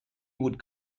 would